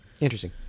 interesting